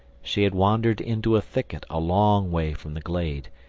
she had wandered into a thicket a long way from the glade,